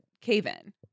cave-in